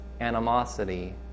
animosity